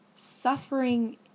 Suffering